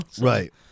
Right